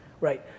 Right